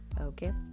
okay